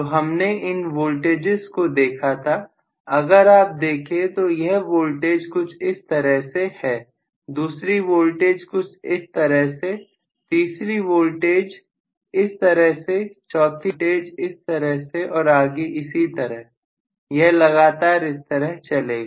तो हमने इन वोल्टेजेस को देखा था अगर आप देखें तो यह वोल्टेज कुछ इस तरह से हैं दूसरी वोल्टेज कुछ इस तरह से तीसरी वोल्टेज इस तरह से चौथी वोल्टेज इस तरह से और आगे इसी तरह यह लगातार इस तरह से चलेगा